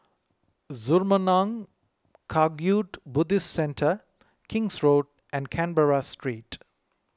Zurmang Kagyud Buddhist Centre King's Road and Canberra Street